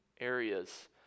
areas